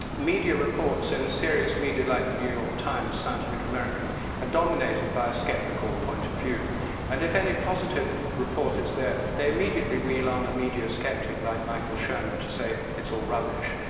media reports and series media like the new york times, scientific american are ah dominated by skeptical point of view and if any positive report is there, they immediately wheel on a media skeptic like michael shermer to say, it's all rubbish.